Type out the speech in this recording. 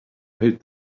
hate